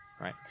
right